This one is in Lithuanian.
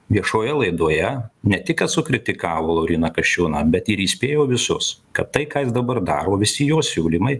viešoje laidoje ne tik kad sukritikavo lauryną kasčiūną bet ir įspėjo visus kad tai ką jis dabar daro visi jo siūlymai